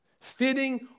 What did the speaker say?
fitting